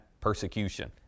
persecution